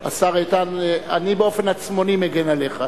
השר איתן, אני באופן עצמוני מגן עליך.